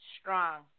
strong